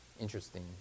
interesting